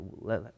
let